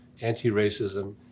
anti-racism